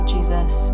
Jesus